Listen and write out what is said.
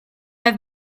have